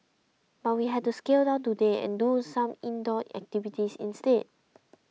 but we had to scale down today and do some indoor activities instead